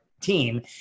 team